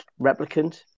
replicant